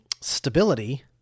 stability